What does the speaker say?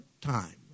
time